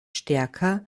stärker